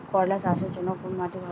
করলা চাষের জন্য কোন মাটি ভালো?